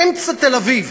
באמצע תל-אביב,